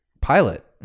pilot